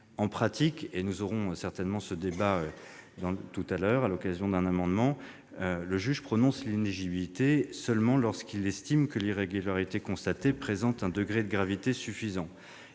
En pratique, et nous aurons certainement ce débat ultérieurement, à l'occasion de l'examen d'un des amendements, le juge prononce l'inéligibilité seulement lorsqu'il estime que l'irrégularité constatée présente un degré de gravité suffisant.